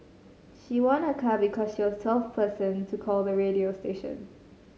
she won a car because she was the twelfth person to call the radio station